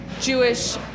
Jewish